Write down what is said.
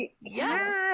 yes